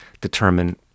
Determine